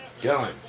Done